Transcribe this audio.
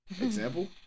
Example